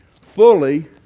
fully